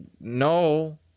no